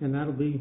and that will be